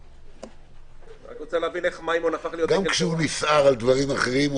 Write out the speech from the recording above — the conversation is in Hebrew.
------ גם כשהוא נסער על דברים אחרים,